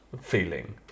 feeling